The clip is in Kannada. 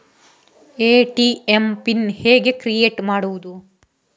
ಎ.ಟಿ.ಎಂ ಪಿನ್ ಹೇಗೆ ಕ್ರಿಯೇಟ್ ಮಾಡುವುದು?